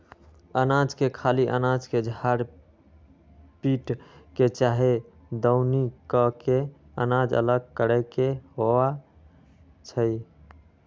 अनाज के खाली अनाज के झार पीट के चाहे दउनी क के अनाज अलग करे के होइ छइ